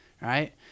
right